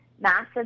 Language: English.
massive